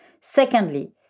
Secondly